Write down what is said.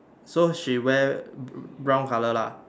so she wear br~ brown colour lah